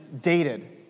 dated